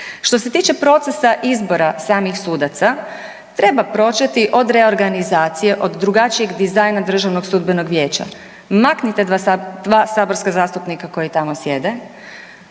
Što se tiče procesa izbora samih sudaca treba početi od reorganizacije, od drugačijeg dizajna Državnog sudbenog vijeća. Maknite dva saborska zastupnika koji tamo sjede,